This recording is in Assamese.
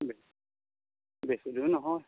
বে বেছি দূৰ নহয়